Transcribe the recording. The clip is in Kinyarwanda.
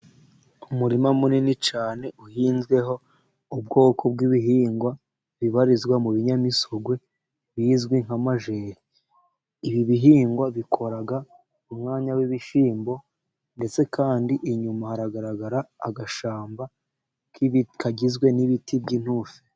Umurima munini cyane uhinzweho ubwoko bw'ibihingwa bibarizwa mu binyamisogwe bizwi nk'amajeri, ibi bihingwa bikora mu mwanya w'ibishyimbo, ndetse kandi inyuma hagaragara agashyamba kibiti kagizwe n'ibiti by'intusi.